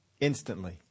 Instantly